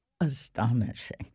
astonishing